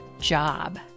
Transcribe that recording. job